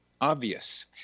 obvious